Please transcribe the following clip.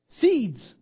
seeds